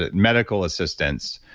ah medical assistants,